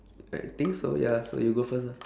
I think so ya so you go first lah